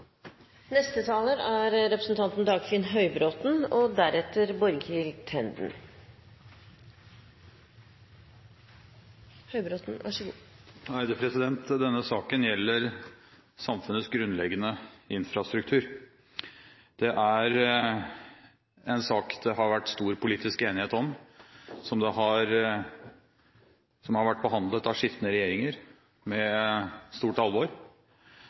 Denne saken gjelder samfunnets grunnleggende infrastruktur. Det er en sak det har vært stor politisk enighet om, og som har vært behandlet av skiftende regjeringer med stort alvor.